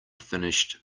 finished